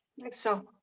like so.